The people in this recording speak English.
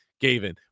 Gavin